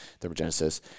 thermogenesis